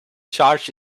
charge